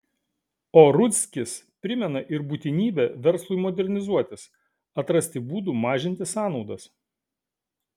o rudzkis primena ir būtinybę verslui modernizuotis atrasti būdų mažinti sąnaudas